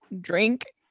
drink